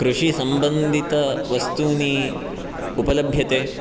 कृषिसम्बन्धितवस्तूनि उपलभ्यते